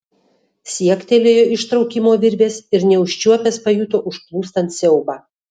siektelėjo ištraukimo virvės ir neužčiuopęs pajuto užplūstant siaubą